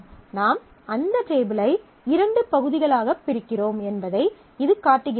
நாம் அந்த டேபிளை இரண்டு பகுதிகளாகப் பிரிக்கிறோம் என்பதை இது காட்டுகிறது